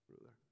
ruler